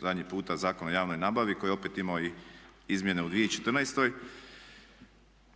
zadnji puta Zakon o javnoj nabavi koji je opet imao i izmjene u 2014.